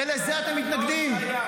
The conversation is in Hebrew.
ולזה אתם מתנגדים.